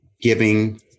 giving